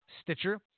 Stitcher